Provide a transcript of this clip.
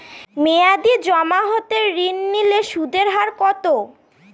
মেয়াদী জমা হতে ঋণ নিলে সুদের হার কত?